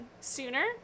sooner